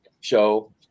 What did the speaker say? show